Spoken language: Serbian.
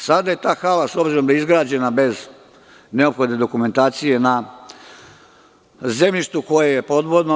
Sada je ta hala, s obzirom da je izgrađena bez neophodne dokumentacije na zemljištu koje je podvodno.